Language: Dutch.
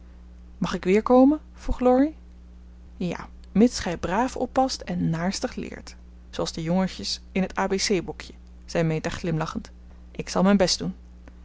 mag ik weerkomen vroeg laurie ja mits gij braaf oppast en naarstig leert zooals de jongetjes in het a b c boekje zei meta glimlachend ik zal mijn best doen